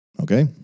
okay